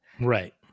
Right